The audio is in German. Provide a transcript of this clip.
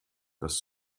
dass